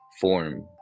form